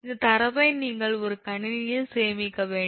இந்தத் தரவை நீங்கள் ஒரு கணினியில் சேமிக்க வேண்டும்